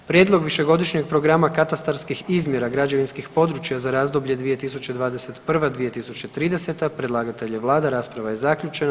Prijedlog višegodišnjeg programa katastarskih izmjera građevinskih područja za razdoblje 2021.-2030., predlagatelj je Vlada, rasprava je zaključena.